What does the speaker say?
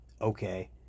okay